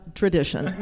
tradition